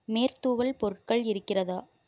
மேற்தூவல் பொருட்கள் இருக்கிறதா